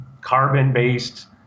carbon-based